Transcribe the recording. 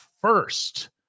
first